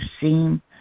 seem